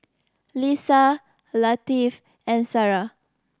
Lisa Latif and Sarah